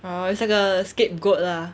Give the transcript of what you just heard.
oh 这个 scapegoat lah